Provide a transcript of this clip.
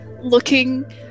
looking